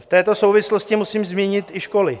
V této souvislost musím zmínit i školy.